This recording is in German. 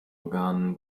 organen